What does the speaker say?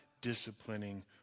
disciplining